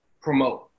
promote